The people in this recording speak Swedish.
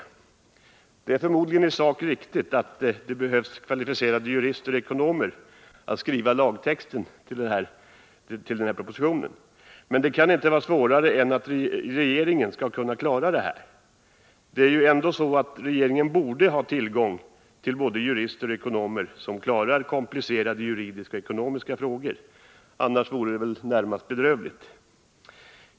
Det är förmodligen i sak riktigt att det behövs kvalificerade jurister och ekonomer att skriva lagtexten till den här propositionen. Men det kan inte vara svårare än att regeringen skall kunna klara detta. Det är ju ändå så, att regeringen borde ha tillgång till både jurister och ekonomer som klarar komplicerade juridiska och ekonomiska frågor. Annars vore det närmast bedrövligt.